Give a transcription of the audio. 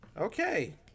okay